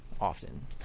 often